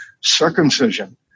circumcision